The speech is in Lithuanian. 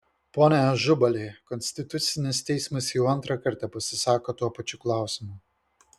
pone ažubali konstitucinis teismas jau antrą kartą pasisako tuo pačiu klausimu